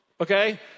Okay